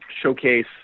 showcase